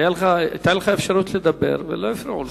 היתה לך אפשרות לדבר ולא הפריעו לך.